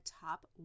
top